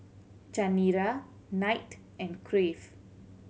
Chanira Knight and Crave